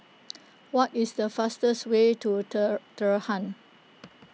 what is the fastest way to Tehran